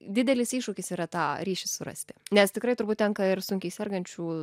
didelis iššūkis yra tą ryšį surasti nes tikrai turbūt tenka ir sunkiai sergančių